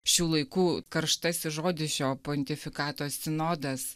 šių laikų karštasis žodis šio pontifikato sinodas